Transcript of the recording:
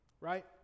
right